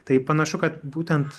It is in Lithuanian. tai panašu kad būtent